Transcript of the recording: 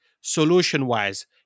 solution-wise